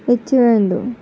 ఇచ్చి పోయిండు